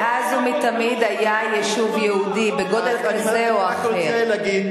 מאז ומתמיד היה יישוב יהודי בגודל כזה או אחר.